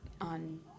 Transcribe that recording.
on